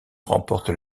remporte